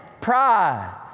Pride